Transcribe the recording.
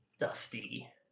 Dusty